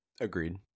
Agreed